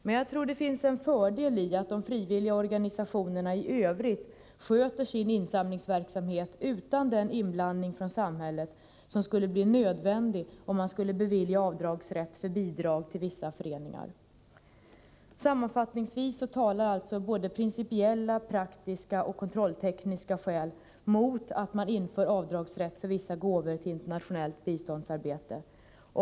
Men jag tror att det ligger en fördel i att de frivilliga organisationerna i övrigt sköter sin insamlingsverksamhet utan den inblandning från samhället som skulle bli nödvändig, om man skulle bevilja avdragsrätt för bidrag till vissa föreningar. Sammanfattningsvis talar alltså både principiella, praktiska och kontrolltekniska skäl mot att man inför avdragsrätt för vissa gåvor till internationellt biståndsarbete.